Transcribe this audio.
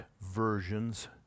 versions